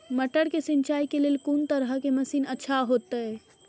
मटर के सिंचाई के लेल कोन तरह के मशीन अच्छा होते?